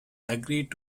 agreed